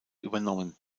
übernommen